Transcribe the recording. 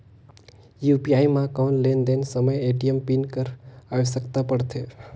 UPI म कौन लेन देन समय ए.टी.एम पिन कर आवश्यकता पड़थे?